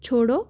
छोड़ो